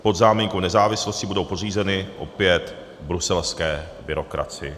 Pod záminkou nezávislosti budou podřízeny opět bruselské byrokracii.